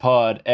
Pod